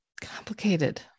complicated